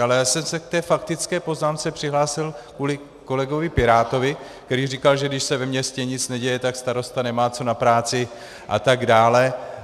Ale já jsem se k té faktické poznámce přihlásil kvůli kolegovi pirátovi, který říkal, že když se ve městě nic neděje, tak starosta nemá co na práci atd.